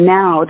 now